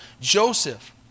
Joseph